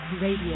Radio